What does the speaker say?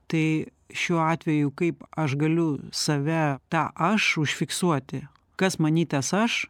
tai šiuo atveju kaip aš galiu save tą aš užfiksuoti kas many tas aš